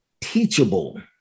teachable